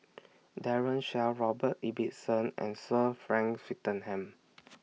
Daren Shiau Robert Ibbetson and Sir Frank Swettenham